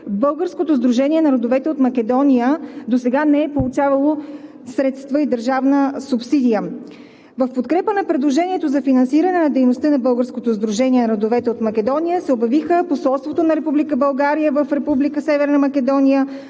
Българското сдружение на родовете от Македония досега не е получавало средства и държавна субсидия. В подкрепа на предложението за финансиране на Българското сдружение на родовете от Македония се обявиха посолството на Република България